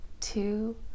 two